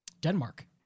Denmark